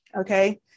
Okay